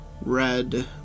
Red